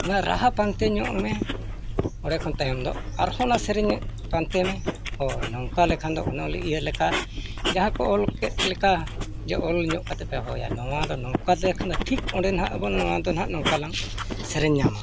ᱚᱱᱟ ᱨᱟᱦᱟ ᱯᱟᱱᱛᱮ ᱧᱚᱜᱢᱮ ᱚᱸᱰᱮ ᱠᱷᱚᱱ ᱛᱟᱭᱚᱢ ᱫᱚ ᱟᱨ ᱦᱚᱸ ᱚᱱᱟ ᱥᱮᱨᱮᱧ ᱯᱟᱱᱛᱮ ᱢᱮ ᱦᱳᱭ ᱱᱚᱝᱠᱟ ᱞᱮᱠᱷᱟᱱ ᱫᱚ ᱚᱱᱚᱞ ᱤᱭᱟᱹ ᱞᱮᱠᱟ ᱡᱟᱦᱟᱸ ᱠᱚ ᱚᱞ ᱠᱮᱫ ᱞᱮᱠᱟ ᱡᱮ ᱚᱞ ᱧᱚᱜ ᱠᱟᱛᱮᱫ ᱯᱮ ᱦᱳᱭᱟ ᱱᱚᱣᱟ ᱫᱚ ᱱᱚᱝᱠᱟ ᱛᱮᱠᱷᱟᱱ ᱫᱚ ᱴᱷᱤᱠ ᱚᱸᱰᱮ ᱱᱟᱦᱟᱜ ᱵᱚᱱ ᱱᱚᱣᱟ ᱫᱚ ᱵᱚᱱ ᱱᱟᱦᱟᱜ ᱱᱚᱝᱠᱟ ᱞᱟᱝ ᱥᱮᱨᱮᱧ ᱧᱟᱢᱟ